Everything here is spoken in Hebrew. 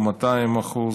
במאתיים אחוז.